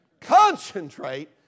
Concentrate